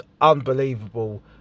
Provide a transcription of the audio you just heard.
unbelievable